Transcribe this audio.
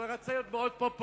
והוא רצה להיות מאוד פופולרי,